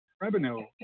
revenue